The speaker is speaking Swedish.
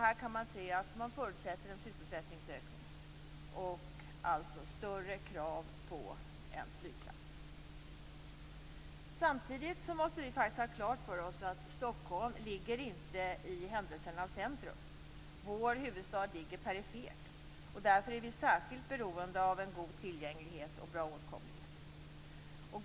Man kan se att de förutsätter en sysselsättningsökning och därmed större krav på en flygplats. Samtidigt måste vi ha klart för oss att Stockholm inte ligger i händelsernas centrum. Vår huvudstad ligger perifert, och därför är vi särskilt beroende av en god tillgänglighet och bra åtkomlighet.